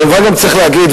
כמובן גם צריך להגיד,